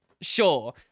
Sure